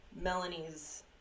Melanie's